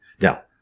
Now